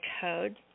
code